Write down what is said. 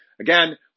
Again